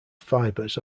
fibres